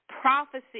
prophecy